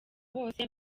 bose